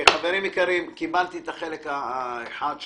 חברים יקרים, קיבלתי את החלק האחד שלך,